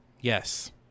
Yes